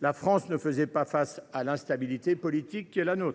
La France ne faisait alors pas face à l’instabilité politique. Comment savoir